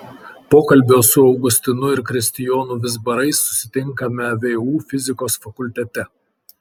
pokalbio su augustinu ir kristijonu vizbarais susitinkame vu fizikos fakultete